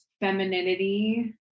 femininity